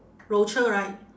rochor right